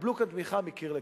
תקבלו כאן תמיכה מקיר לקיר.